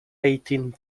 eighteen